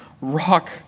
rock